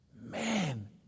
Man